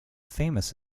famous